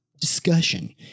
Discussion